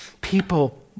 people